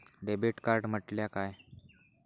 Debit card म्हटल्या काय?